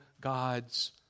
God's